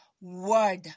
word